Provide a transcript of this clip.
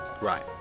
Right